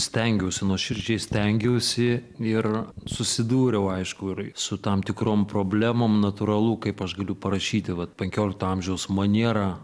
stengiausi nuoširdžiai stengiausi ir susidūriau aišku ir su tam tikrom problemom natūralu kaip aš galiu parašyti va penkiolikto amžiaus maniera